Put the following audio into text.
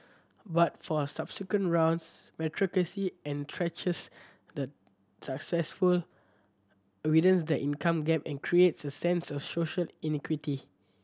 but for subsequent rounds meritocracy entrenches the successful widens the income gap and creates a sense of social inequity